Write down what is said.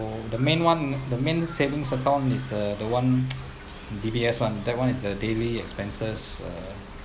so the main [one] the main savings account is a the one D_B_S [one] that [one] is a daily expenses uh